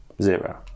Zero